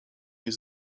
nie